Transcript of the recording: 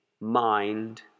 mind